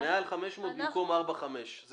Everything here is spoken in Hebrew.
מעל 500,000 במקום ארבעה חמישה,